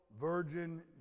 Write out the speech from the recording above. virgin